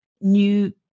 new